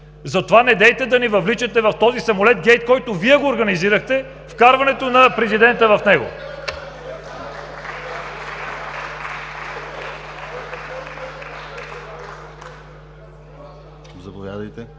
Затова недейте да ни въвличате в този самолетгейт, който Вие организирахте, с вкарването на президента в него. (Ръкопляскания